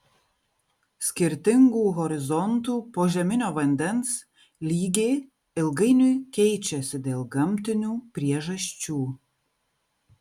skirtingų horizontų požeminio vandens lygiai ilgainiui keičiasi dėl gamtinių priežasčių